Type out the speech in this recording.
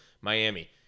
Miami